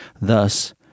Thus